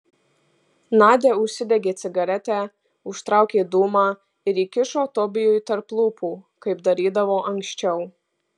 nadia užsidegė cigaretę užtraukė dūmą ir įkišo tobijui tarp lūpų kaip darydavo anksčiau